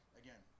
again